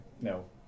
No